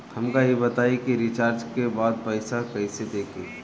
हमका ई बताई कि रिचार्ज के बाद पइसा कईसे देखी?